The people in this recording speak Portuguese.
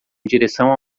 direção